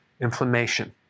inflammation